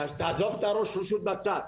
תעזוב את ראש הרשות בצד,